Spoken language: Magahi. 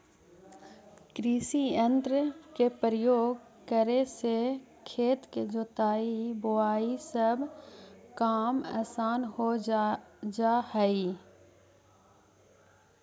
कृषियंत्र के प्रयोग करे से खेत के जोताई, बोआई सब काम असान हो जा हई